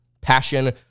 Passion